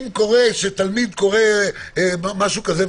אם קורה שתלמיד קורה משהו כזה,